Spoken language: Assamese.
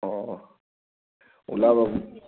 অ' ওলাবা